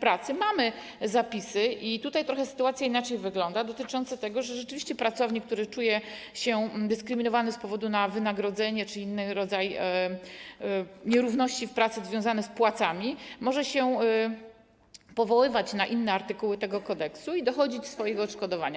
pracy są zapisy - i tutaj sytuacja trochę inaczej wygląda - dotyczące tego, że rzeczywiście pracownik, który czuje się dyskryminowany ze względu na wysokość wynagrodzenia czy inny rodzaj nierówności w pracy związany z płacami, może się powoływać na inne artykuły tego kodeksu i dochodzić odszkodowania.